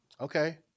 Okay